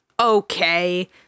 Okay